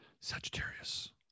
Sagittarius